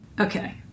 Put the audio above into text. Okay